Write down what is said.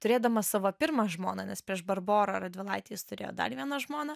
turėdamas savo pirmą žmoną nes prieš barborą radvilaitę jis turėjo dar vieną žmoną